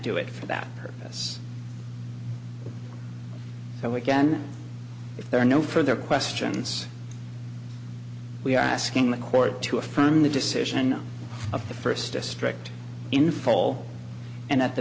do it for that purpose so again if there are no further questions we are asking the court to affirm the decision of the first district in fall and at the